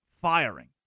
firing